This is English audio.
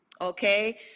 okay